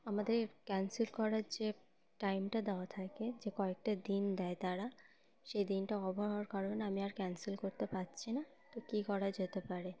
আমাদের ক্যান্সেল করার যে টাইমটা দেওয়া থাকে যে কয়েকটা দিন দেয় তারা সেই দিনটা ওভার হওয়ার কারণে আমি আর ক্যান্সেল করতে পারছি না তো কী করা যেতে পারে